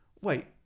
wait